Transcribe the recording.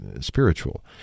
spiritual